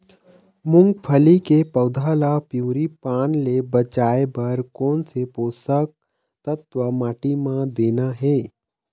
मुंगफली के पौधा ला पिवरी पान ले बचाए बर कोन से पोषक तत्व माटी म देना हे?